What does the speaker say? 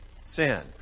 Sin